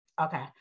Okay